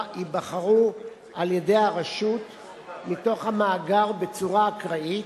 ייבחרו על-ידי הרשות מתוך המאגר בצורה אקראית,